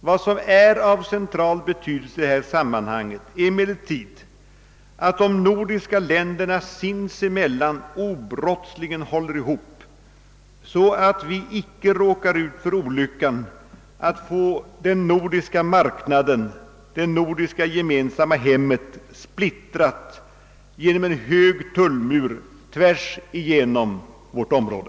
Vad som är av central betydelse i det här samman hanget är emellertid att de nordiska länderna sinsemellan obrottsligen håller ihop, så att vi icke råkar ut för olyckan att få den nordiska marknaden, det nordiska gemensamma hemmet, splittrat genom en hög tullmur tvärs igenom vårt område.